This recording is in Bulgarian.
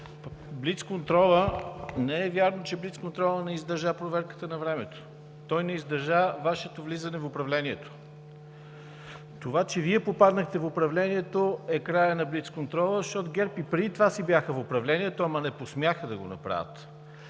Шопов, не е вярно, че блицконтролът не издържа проверката на времето, той не издържа Вашето влизане в управлението. Това, че Вие попаднахте в управлението, е краят на блицконтрола, защото ГЕРБ и преди това си бяха в управлението, ама не посмяха да го направят.